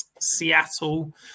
Seattle